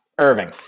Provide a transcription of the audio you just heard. Irving